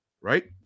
right